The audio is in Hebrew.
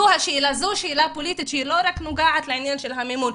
זו שאלה פוליטית שהיא לא רק נוגעת לעניין של המימון.